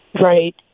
Right